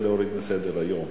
זה להוריד מסדר-היום.